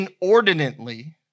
inordinately